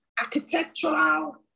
architectural